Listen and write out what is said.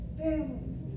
families